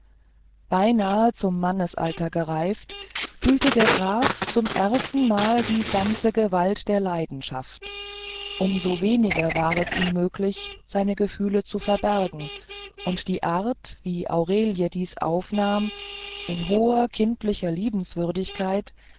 beinahe zum mannesalter gereift fühlte der graf zum erstenmal die ganze gewalt der leidenschaft um so weniger war es ihm möglich seine gefühle zu verbergen und die art wie aurelie dies aufnahm in hoher kindlicher liebenswürdigkeit